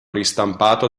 ristampato